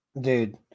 Dude